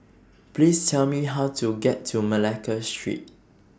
Please Tell Me How to get to Malacca Street